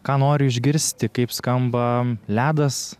ką noriu išgirsti kaip skamba ledas